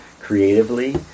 creatively